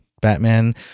Batman